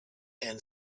and